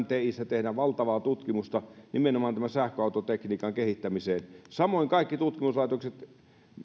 mitssä tehdään valtavaa tutkimusta nimenomaan tämän sähköautotekniikan kehittämiseksi samoin kaikki tutkimuslaitokset